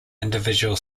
individual